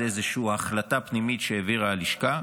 זאת איזו החלטה פנימית שהעבירה הלשכה.